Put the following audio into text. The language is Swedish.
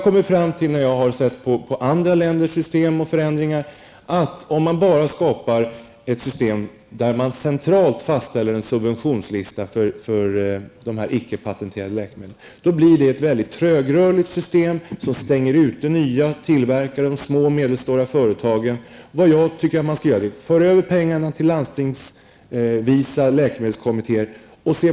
När jag har sett på andra länders system och förändringar, har jag kommit fram till att om man bara skapar ett system, där man centralt fastställer en subventionslista för icke-patenterade läkemedel, blir det ett väldigt trögrörligt system som stänger ute nya tillverkare och de små och medelstora företagen. Enligt min uppfattning bör man föra över pengarna till landstingsvisa läkemedelskommittéer.